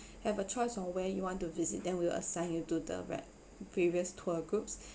have a choice on where you want to visit them will assign you to the rep~ previous tour group